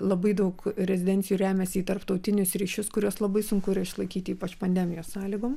labai daug rezidencijų remiasi į tarptautinius ryšius kuriuos labai sunku yra išlaikyti ypač pandemijos sąlygom